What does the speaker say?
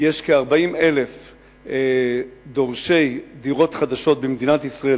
יש כ-40,000 דורשי דירות חדשות במדינת ישראל,